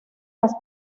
las